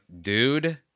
dude